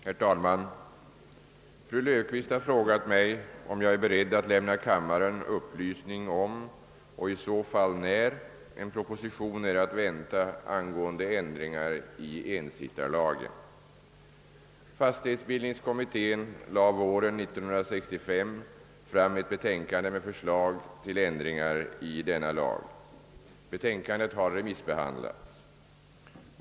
Herr talman! Fru Löfqvist har frågat mig, om jag är beredd att lämna kammaren upplysning om och i så fall när en proposition är att vänta angående ändringar i ensittarlagen. Fastighetsbildningskommittén lade våren 1965 fram ett betänkande med förslag till ändringar i ensittarlagen. Betänkandet har remissbehandlats.